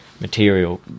material